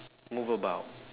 move about